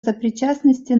сопричастности